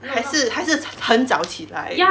还是还是很早起来